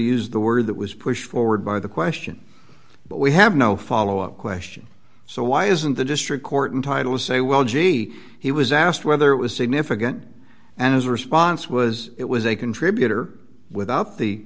use the word that was pushed forward by the question but we have no follow up question so why isn't the district court in title say well gee he was asked whether it was significant and his response was it was a contributor without the